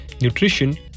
nutrition